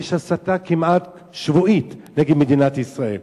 יש הסתה כמעט שבועית נגד מדינת ישראל,